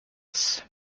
fine